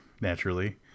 naturally